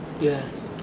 yes